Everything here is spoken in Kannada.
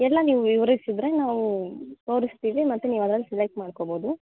ಎಲ್ಲ ನೀವು ವಿವರಿಸಿದರೆ ನಾವು ತೋರಿಸ್ತೀವಿ ಮತ್ತು ನೀವದ್ರಲ್ಲಿ ಸೆಲೆಕ್ಟ್ ಮಾಡಿಕೋಬೋದು